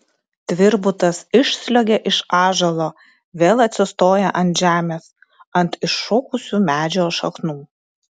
tvirbutas išsliuogia iš ąžuolo vėl atsistoja ant žemės ant iššokusių medžio šaknų